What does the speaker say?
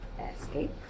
Escape